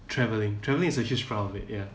travelling travelling is a huge part of it ya